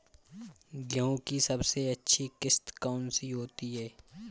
गेहूँ की सबसे अच्छी किश्त कौन सी होती है?